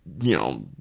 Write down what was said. you know,